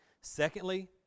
Secondly